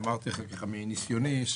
אמרתי מניסיוני,